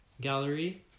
gallery